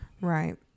Right